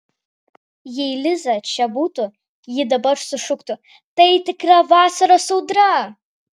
jei liza čia būtų ji dabar sušuktų tai tikra vasaros audra